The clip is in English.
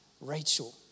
Rachel